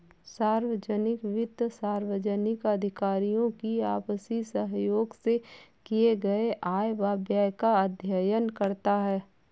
सार्वजनिक वित्त सार्वजनिक अधिकारियों की आपसी सहयोग से किए गये आय व व्यय का अध्ययन करता है